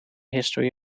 history